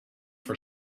for